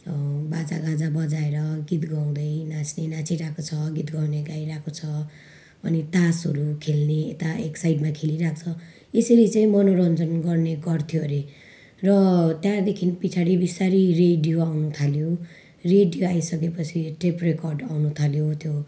बाजा गाजा बजाएर गाीत गाउँदै नाच्ने नाचिरहेको छ गीत गाउने गाइरहेको छ अनि तासहरू खेल्ने यता एक साइडमा खेलिरहेको छ यसरी चाहिँ मनोरञ्जन गर्ने गर्थ्यो अरे र त्यहाँदेखि पछाडि बिस्तारै रेडियो आउन थाल्यो रेडियो आइसके पछि टेप रेकर्ड आउन थाल्यो त्यो